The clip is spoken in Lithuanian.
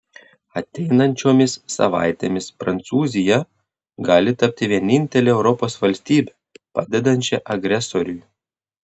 ateinančiomis savaitėmis prancūzija gali tapti vienintele europos valstybe padedančia agresoriui